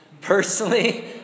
Personally